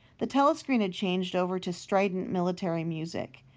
the telescreen had changed over to strident military music.